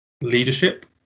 leadership